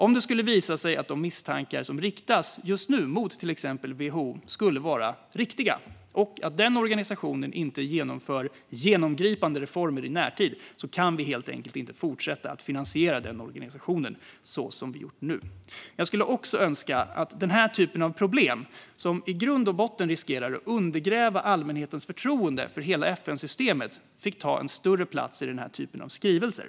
Om det skulle visa sig att de misstankar som just nu riktas mot till exempel WHO skulle vara riktiga och den organisationen inte genomför genomgripande reformer i närtid kan vi helt enkelt inte fortsätta att finansiera den så som vi gjort. Jag skulle också önska att denna typ av problem, som i grund och botten riskerar att undergräva allmänhetens förtroende för hela FN-systemet, fick ta större plats i den här typen av skrivelser.